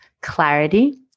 clarity